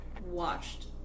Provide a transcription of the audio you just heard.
Watched